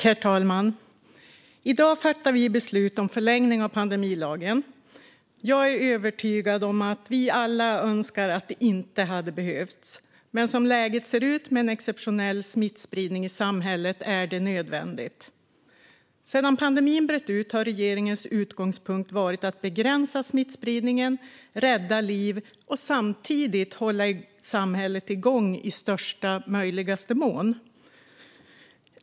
Herr talman! I dag fattar vi beslut om förlängning av pandemilagen. Jag är övertygad om att vi alla önskar att det inte hade behövts, men som läget ser ut med en exceptionell smittspridning i samhället är det nödvändigt. Sedan pandemin bröt ut har regeringens utgångspunkt varit att begränsa smittspridningen, rädda liv och samtidigt hålla samhället igång i största möjliga mån.